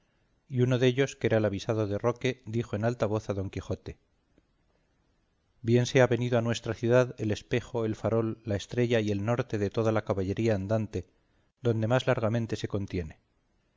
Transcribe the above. y uno dellos que era el avisado de roque dijo en alta voz a don quijote bien sea venido a nuestra ciudad el espejo el farol la estrella y el norte de toda la caballería andante donde más largamente se contiene